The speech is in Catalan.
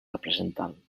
representant